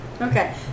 Okay